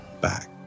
back